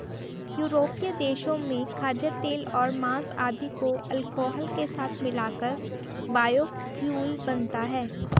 यूरोपीय देशों में खाद्यतेल और माँस आदि को अल्कोहल के साथ मिलाकर बायोफ्यूल बनता है